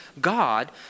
God